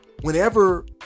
whenever